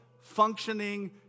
functioning